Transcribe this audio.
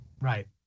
right